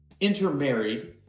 intermarried